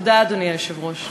תודה, אדוני היושב-ראש.